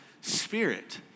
spirit